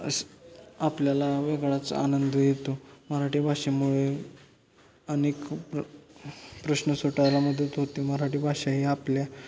अस आपल्याला वेगळाच आनंद येतो मराठी भाषेमुळे अनेक प्र प्रश्न सुटायला मदत होते मराठी भाषा ही आपल्या